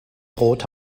brot